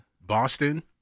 Boston